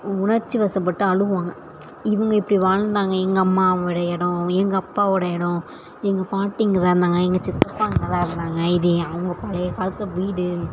உணர்ச்சி வசப்பட்டு அழுவாங்க இவங்க இப்படி வாழ்ந்தாங்க எங்கள் அம்மாவோடய இடம் எங்கள் அப்பாவோட இடம் எங்கள் பாட்டி இங்கே தான் இருந்தாங்க எங்கள் சித்தப்பா இங்கே தான் இருந்தாங்க இது அவங்க பழைய காலத்து வீடு